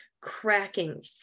cracking